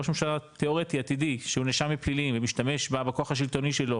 ראש ממשלה תיאורטי עתידי שהוא נאשם בפלילים ומשתמש בכוח השלטוני שלו